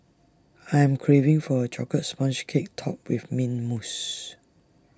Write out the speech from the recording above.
I am craving for A Chocolate Sponge Cake Topped with Mint Mousse